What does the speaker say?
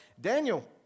Daniel